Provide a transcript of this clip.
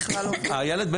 הילד,